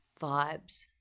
Vibes